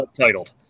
Subtitled